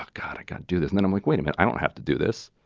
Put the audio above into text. god, i can't do this. then i'm like, wait a minute, i don't have to do this.